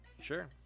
Sure